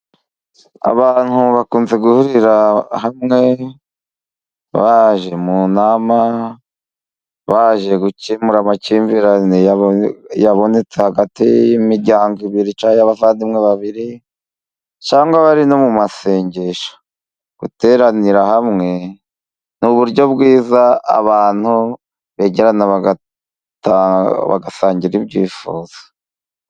Abantu bakunze guhurira hamwe baje mu nama, baje gukemura amakimbirane yabonetse hagati y'imiryango ibiri cyangw y'abavandimwe babiri cyangwa bari no mu masengesho, guteranira hamwe ni uburyo bwiza abantu begerana bagasangira ibyifuzo.